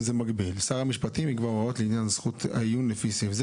זה מגביל: שר המשפטים יקבע הוראות לעניין זכות העיון לפי סעיף זה,